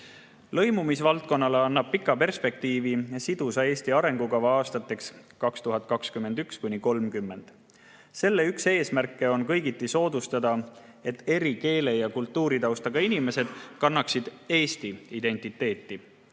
kasvatamisele. Lõimumisvaldkonnale annab pika perspektiivi "Sidusa Eesti arengukava 2021–2030". Selle üks eesmärke on kõigiti soodustada seda, et eri keele‑ ja kultuuritaustaga inimesed kannaksid Eesti identiteeti,